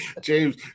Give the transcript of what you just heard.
James